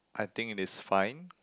I think it is fine